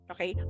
Okay